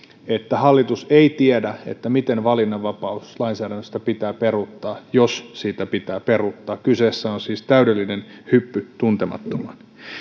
että hallitus ei tiedä miten valinnanvapauslainsäädännöstä pitää peruuttaa jos siitä pitää peruuttaa kyseessä on siis täydellinen hyppy tuntemattomaan